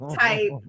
type